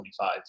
25